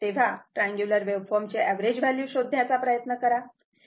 तेव्हा triangular waveform ची average value शोधण्याचा प्रयत्न करा